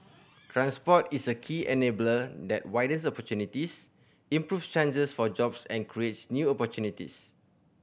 transport is a key enabler that widens opportunities improve chances for jobs and creates new opportunities